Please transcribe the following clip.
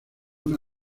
una